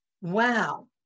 Wow